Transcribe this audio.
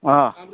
अ